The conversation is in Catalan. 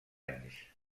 anys